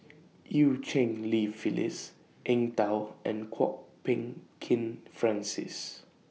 EU Cheng Li Phyllis Eng Tow and Kwok Peng Kin Francis